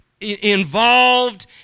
involved